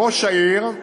וראש העיר,